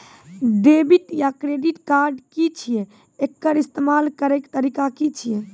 Debit या credit card की छियै? एकर इस्तेमाल करैक तरीका की छियै?